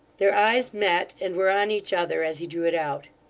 their eyes met, and were on each other as he drew it out.